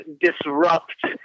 disrupt